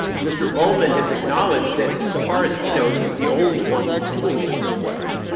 mr. bowman has acknowledged that so far as he knows, he's the only one who's doing it this way.